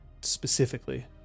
specifically